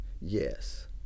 yes